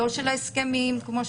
לא של ההסכמים כמו שצריך,